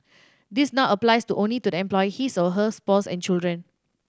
this now applies to only to the employee his or her spouse and children